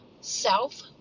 self